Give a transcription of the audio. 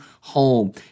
home